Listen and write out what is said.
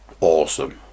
awesome